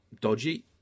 dodgy